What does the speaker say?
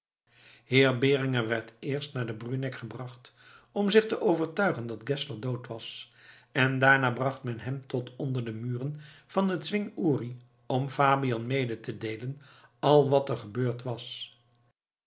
heer beringer werd eerst naar den bruneck gebracht om zich te overtuigen dat geszler dood was en daarna bracht men hem tot onder de muren van den zwing uri om fabian mede te deelen al wat er gebeurd was